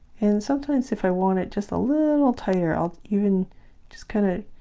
and sometimes if i want it just a little tighter i'll even just kind of